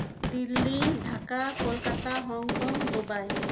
Delhi Dhaka Kolkata Hong Kong Dubai